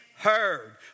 Heard